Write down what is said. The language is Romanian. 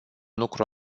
lucru